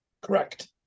Correct